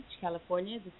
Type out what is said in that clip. California